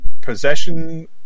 Possession